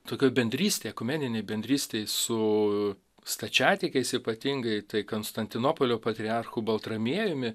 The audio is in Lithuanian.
tokio bendrystėj ekumeninėj bendrystėj su stačiatikiais ypatingai tai konstantinopolio patriarchu baltramiejumi